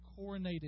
coronated